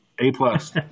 A-plus